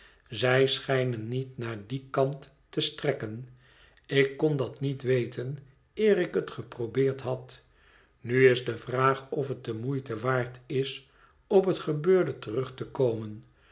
zij schijnen niet naar dien kant te strekken ik kon dat niet weten eer ik het geprobeerd had nu is de vraag of het de moeite waard is op het gebeurde terug te komen